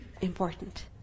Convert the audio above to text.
important